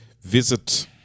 visit